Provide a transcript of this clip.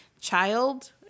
child